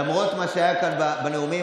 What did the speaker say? למרות מה שהיה כאן בנאומים,